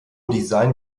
design